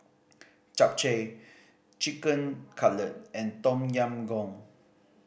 Japchae Chicken Cutlet and Tom Yam Goong